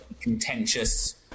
contentious